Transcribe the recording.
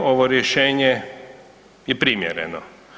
Ovo rješenje je primjereno.